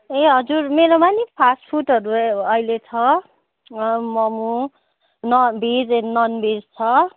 ए हजुर मेरोमा नि फास्टफुडहरू अहिले छ र मोमो न भेज एन्ड ननभेज छ